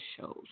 shows